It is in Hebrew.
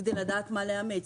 כדי לדעת מה לאמץ,